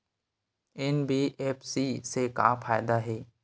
NBFC से का फ़ायदा हे?